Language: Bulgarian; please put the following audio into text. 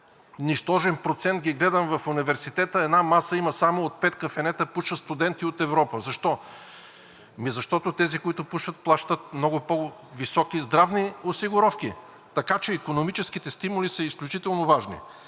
нищожен процент. Гледам ги в университета – има само една маса от 5 кафенета, на която пушат студенти от Европа. Защо? Защото тези, които пушат, плащат много по-високи здравни осигуровки. Така че икономическите стимули са изключително важни.